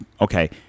Okay